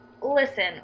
Listen